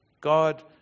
God